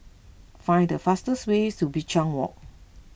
find the fastest way to Binchang Walk